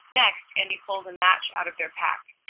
next, andy pulls a match out of their pack.